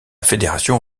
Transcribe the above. fédération